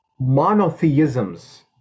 monotheisms